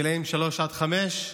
גילים שלוש עד חמש,